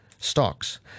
Stocks